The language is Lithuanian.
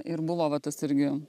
ir buvo va tas irgi